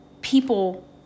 People